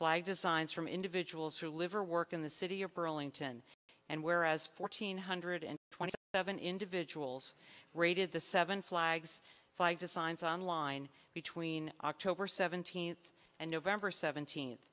five designs from individuals who live or work in the city of burlington and whereas fourteen hundred twenty seven individuals raided the seven flags five designs on line between october seventeenth and november seventeenth